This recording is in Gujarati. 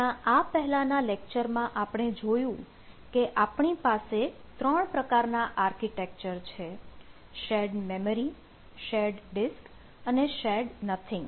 આપણા આ પહેલાના લેક્ચરમાં આપણે જોયું કે આપણી પાસે ત્રણ પ્રકારના આર્કિટેક્ચર છે શેર્ડ મેમરી શેર્ડ ડિસ્ક અને શેર્ડ નથીંગ